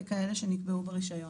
ככאלה שנקבעו ברישיון.."